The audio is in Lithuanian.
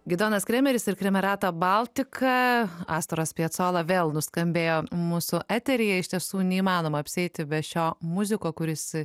gidonas kremeris ir kremerata baltika astoras piacola vėl nuskambėjo mūsų eteryje iš tiesų neįmanoma apsieiti be šio muziko kuris